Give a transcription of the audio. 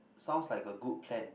sounds like a good plan